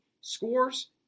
scores